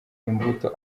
imbuto